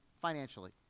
financially